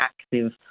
active